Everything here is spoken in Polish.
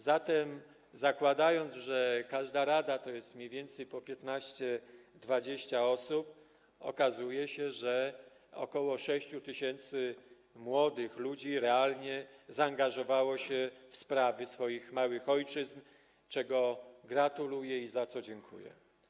Zatem zakładając, że każda rada to jest mniej więcej po 15–20 osób, okazuje się, że około 6 tys. młodych ludzi realnie zaangażowało się w sprawy swoich małych ojczyzn, czego gratuluję i za co dziękuję.